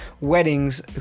weddings